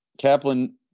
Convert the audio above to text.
Kaplan